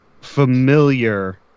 familiar